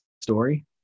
story